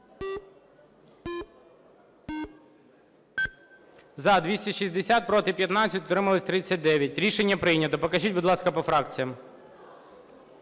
За-260 Проти – 15, утримались – 39. Рішення прийнято. Покажіть, будь ласка, по фракціям.